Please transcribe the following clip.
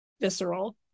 visceral